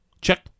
Check